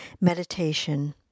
meditation